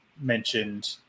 mentioned